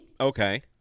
Okay